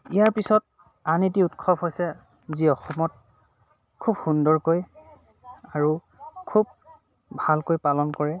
ইয়াৰ পিছত আন এটি উৎসৱ হৈছে যি অসমত খুব সুন্দৰকৈ আৰু খুব ভালকৈ পালন কৰে